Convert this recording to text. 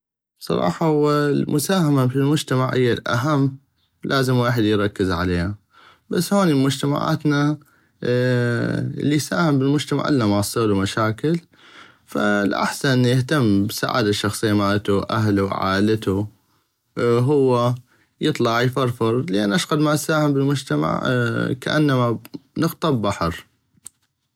بصراحة هو المساهمة بل المجتمع هيا الاهم لازم ويحد يركز عليها بس هوني بمجتمعاتنا الي يساهم بل المجتمع الا ما اصيغلو مشاكل فا الاحسن يهتم بل السعادة الشخصية مالتو اهلو عائلتو هوا يطلع يفرفر لان اشقد ما اساهم بل المجتمع كانما نقطة ببحر.